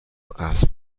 اسب